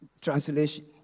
translation